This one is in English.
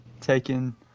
taking